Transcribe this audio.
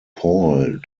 paul